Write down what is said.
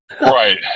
Right